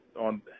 on